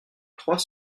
trois